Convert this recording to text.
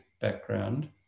background